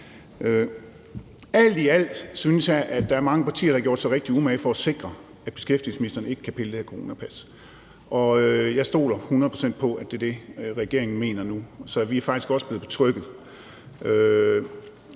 Alt i alt synes jeg, at der er mange partier, der har gjort sig rigtig umage for at sikre, at beskæftigelsesministeren ikke kan pille ved det her coronapas. Jeg stoler hundrede procent på, at det er det, regeringen mener nu. Så vi er faktisk også blevet betrygget.